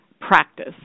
practice